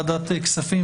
של חברי ועדת הכספים.